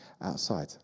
outside